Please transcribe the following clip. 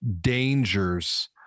dangers